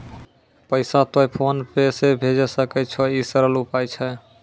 पैसा तोय PhonePe से भैजै सकै छौ? ई सरल उपाय छै?